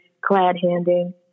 clad-handing